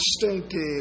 distinctive